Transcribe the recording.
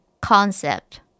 concept